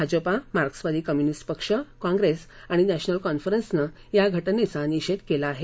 भाजपा मार्क्सवादी कम्युनिस्ट पक्ष काँप्रेस आणि नॅशनल कॉन्फरन्सनं या घटनेचा निषेध केला आहे